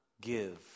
give